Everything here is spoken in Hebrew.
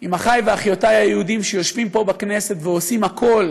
עם אחי ואחיותי היהודים שיושבים פה בכנסת ועושים הכול,